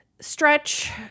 stretch